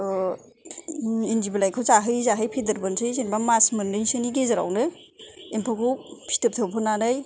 इन्दि बिलाइखौ जाहोयै जाहोयै फेदेरबोनोसै जेनेबा मास मोननैसोनि गेजेरावनो एमफौखौ फिथोब थोबहोनानै